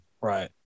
Right